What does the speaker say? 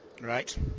right